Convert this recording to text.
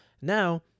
Now